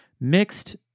mixed